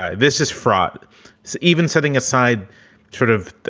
ah this is fraud. it's even setting aside sort of